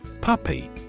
Puppy